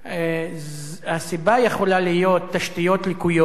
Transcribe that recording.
הסיבה יכולה להיות תשתיות לקויות,